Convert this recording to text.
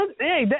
hey